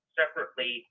separately